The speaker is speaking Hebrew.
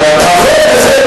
החוק הזה,